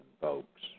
folks